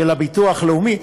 של הביטוח הלאומי,